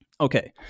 Okay